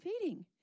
feeding